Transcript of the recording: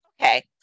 Okay